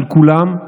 על כולם.